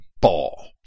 ball